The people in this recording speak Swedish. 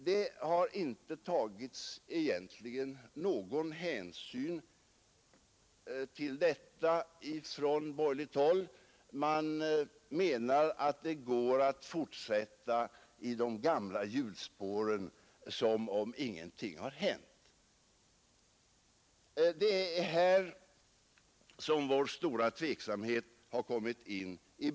Man har på borgerligt håll egentligen inte tagit någon hänsyn till detta. Man menar att det är möjligt att fortsätta i de gamla hjulspåren som om ingenting har hänt. Det är här som vår stora tveksamhet har kommit in.